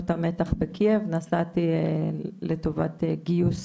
וגם כשנגיע לקראת סוף תקופת ההתארגנות,